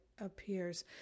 appears